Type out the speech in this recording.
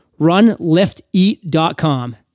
runlifteat.com